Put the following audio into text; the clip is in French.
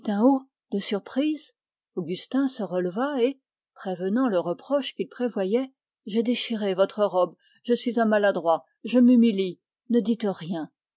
de surprise augustin se releva et prévenant le reproche qu'il prévoyait j'ai déchiré votre robe je suis un maladroit je m'humilie ne dites rien